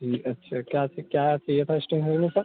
जी अच्छा क्या से क्या चाहिए फस्ट में बोलो सर